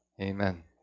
amen